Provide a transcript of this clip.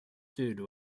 food